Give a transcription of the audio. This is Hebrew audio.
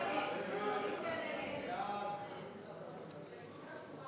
ההסתייגות של חברי הכנסת יעקב אשר,